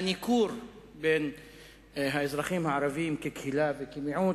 הניכור בין האזרחים הערבים, כקהילה וכמיעוט,